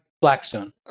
Blackstone